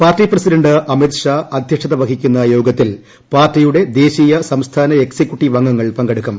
party president Amit Shah അദ്ധ്യക്ഷത വഹിക്കുന്ന യോഗത്തിൽ പാർട്ടിയുടെ ദേശീയ സംസ്ഥാന എക്സിക്യൂട്ടീവ് അംഗങ്ങൾ പങ്കെടുക്കും